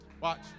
watch